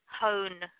hone